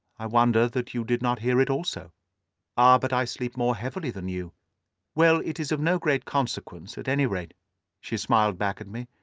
i wonder that you did not hear it also ah, but i sleep more heavily than you well, it is of no great consequence, at any rate she smiled back at me,